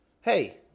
Hey